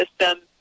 system